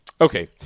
Okay